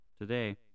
today